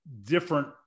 different